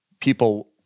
people